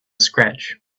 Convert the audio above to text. scratch